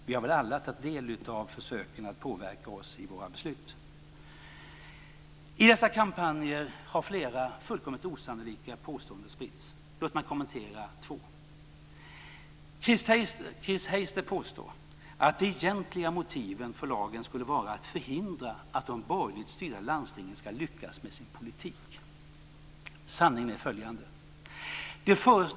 Vi har alla tagit del av försöken att påverka oss i våra beslut. I dessa kampanjer har flera fullständigt osannolika påståenden spritts. Låt mig kommentera två. För det första: Chris Heister påstår att de egentliga motiven för lagen skulle vara att förhindra att de borgerligt styrda landstingen ska lyckas med sin politik. Men sanningen är följande.